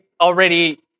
already